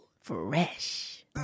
Fresh